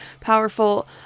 powerful